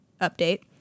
update